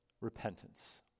repentance